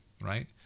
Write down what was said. right